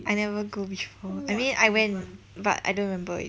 I never go before I mean I went but I don't remember it